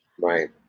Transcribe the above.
Right